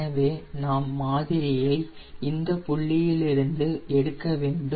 எனவே நாம் மாதிரியை இந்த புள்ளியிலிருந்து எடுக்கவேண்டும்